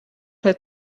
had